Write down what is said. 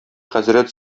хәзрәт